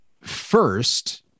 first